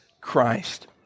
Christ